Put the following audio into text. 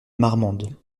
marmande